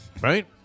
Right